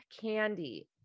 candy